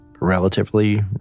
relatively